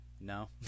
No